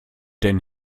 denn